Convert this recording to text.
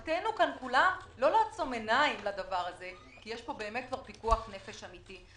חובת כולנו כאן לא לעצום עיניים לדבר הזה כי יש פה כבר פיקוח נפש אמיתי.